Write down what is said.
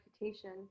Reputation